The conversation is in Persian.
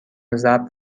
ضبط